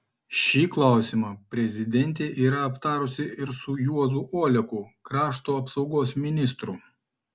šį klausimą prezidentė yra aptarusi ir su juozu oleku krašto apsaugos ministru